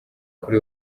kuri